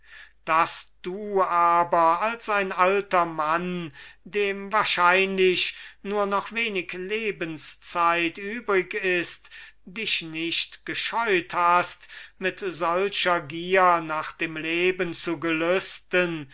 daß du aber als ein alter mann dem wahrscheinlich nur noch wenig lebenszeit übrig ist dich nicht gescheut hast mit solcher gier nach dem leben zu gelüsten